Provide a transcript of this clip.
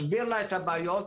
מסביר לה את הבעיות,